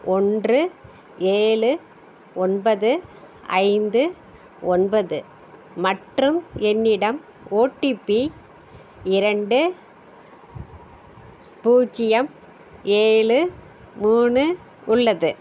ஒன்று ஏழு ஒன்பது ஐந்து ஒன்பது மற்றும் என்னிடம் ஓடிபி இரண்டு பூஜ்ஜியம் ஏழு மூணு உள்ளது